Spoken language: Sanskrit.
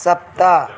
सप्त